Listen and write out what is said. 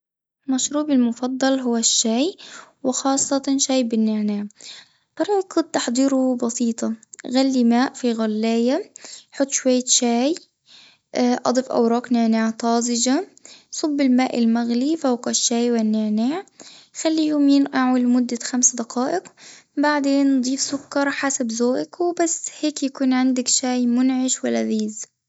المشروب المفضل هو الشاي، وخاصة شاي بالنعناع، طريقة تحضيره بسيطة غلي ماء في غلاية، حط شوية شاي أضيف أوراق نعناع طازجة صب الماء المغلي فوق الشاي والنعناع خليهم ينقعوا لمدة خمس دقائق، بعدين ضيف سكر حسب ذوقك وبس هيك يكون عندك شاي منعش ولذيذ.